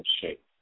shape